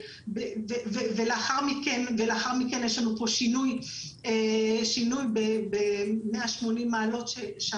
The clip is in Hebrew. ולאחר מכן יש פה שינוי ב-180 מעלות ונאמר